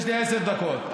יש לי עשר דקות.